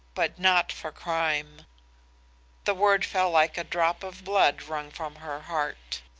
but not for crime the word fell like a drop of blood wrung from her heart.